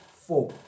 four